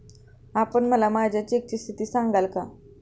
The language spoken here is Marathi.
आपण मला माझ्या चेकची स्थिती सांगाल का?